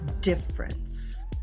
difference